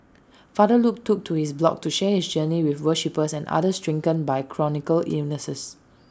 father Luke took to his blog to share his journey with worshippers and others stricken by chronic illnesses